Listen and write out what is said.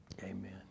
Amen